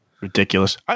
Ridiculous